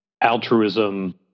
altruism